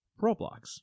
Roblox